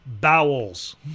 bowels